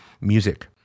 music